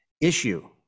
issue